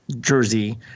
jersey